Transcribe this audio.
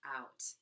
out